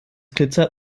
glitzert